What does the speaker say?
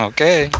Okay